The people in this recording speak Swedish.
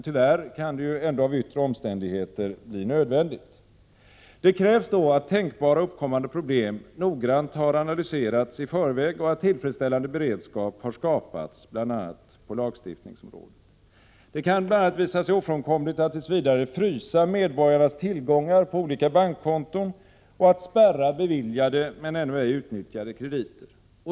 Tyvärr kan detta av yttre omständigheter ändå bli nödvändigt. Men det krävs då att tänkbara uppkommande problem noggrant har analyserats i förväg och att tillfredsställande beredskap har skapats bl.a. på lagstiftningsområdet. Det kan bl.a. visa sig ofrånkomligt att tills vidare frysa medborgarnas tillgångar på olika bankkonton och att spärra beviljade men ännu ej utnyttjade krediter.